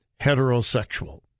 heterosexual